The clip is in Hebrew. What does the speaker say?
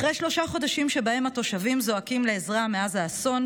אחרי שלושה חודשים שבהם התושבים זועקים לעזרה מאז האסון,